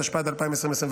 התשפ"ד 2024,